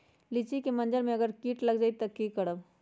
लिचि क मजर म अगर किट लग जाई त की करब?